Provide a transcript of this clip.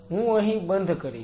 તેથી હું અહીં બંધ કરીશ